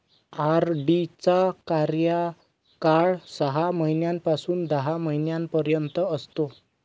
RD चा कार्यकाळ सहा महिन्यापासून दहा महिन्यांपर्यंत असतो